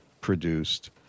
produced